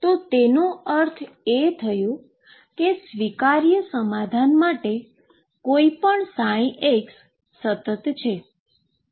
તો તેનો અર્થ એ થયો કે સ્વીકાર્ય સમાધાન માટે કોઈપણ ψ સતત છે